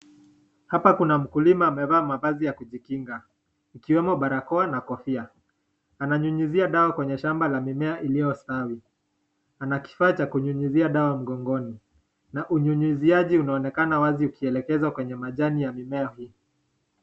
Hapa kuna mkulima amevaaa mavazi ya kujikinga ikiwemo barakoa na kofia. Ananyunyuzia dawa kwenye shamba la mimea iliyostawi ana kifaa cha kunyunyuzia dawa mgongoni na unyunyuziaji unaonekana wazi ukielekezwa kwenye majani ya mimea hii.